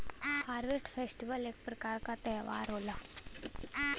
harvest festival एक प्रकार क त्यौहार होला